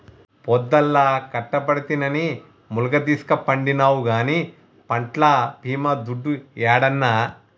పొద్దల్లా కట్టబడితినని ములగదీస్కపండినావు గానీ పంట్ల బీమా దుడ్డు యేడన్నా